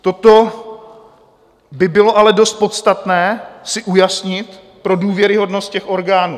Toto by bylo ale dost podstatné si ujasnit pro důvěryhodnost těch orgánů.